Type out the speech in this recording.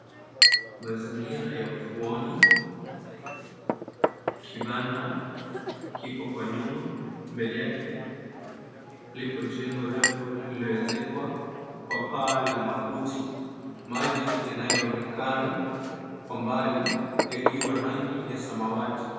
Mazingira ya ufuoni kibanda kipo kwa nyuma mbele yake lipo jengo refu lililoezekwa kwa paa la makuti. Maji yanayoonekana kwa mbali yakiwa rangi ya samawati.